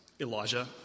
Elijah